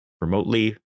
remotely